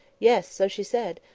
yes, so she said.